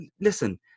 listen